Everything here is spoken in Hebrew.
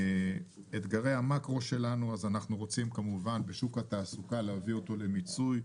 אתגרי המאקרו שלנו בשוק התעסוקה אנחנו רוצים כמובן להביא אותו למיצוי.